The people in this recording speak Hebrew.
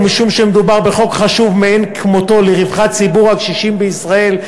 ומשום שמדובר בחוק חשוב מאין כמותו לרווחת ציבור הקשישים בישראל,